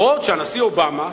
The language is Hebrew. הנשיא אובמה,